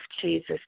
Jesus